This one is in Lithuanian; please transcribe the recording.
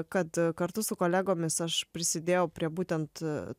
kad kartu su kolegomis aš prisidėjau prie būtent